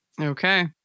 Okay